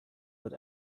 but